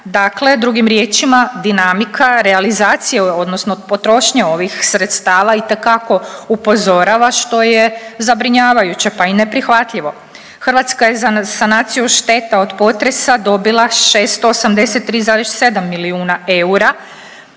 dakle drugim riječima dinamika realizacije odnosno potrošnje ovih sredstava itekako upozorava što je zabrinjavajuće, pa i neprihvatljivo. Hrvatska je za sanaciju šteta od potresa dobila 683,7 milijuna eura